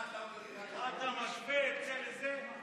מה, אתה משווה את זה לזה?